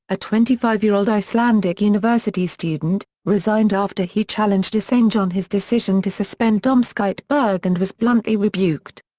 a twenty five year old icelandic university student, resigned after he challenged assange on his decision to suspend um domscheit-berg but and was bluntly rebuked.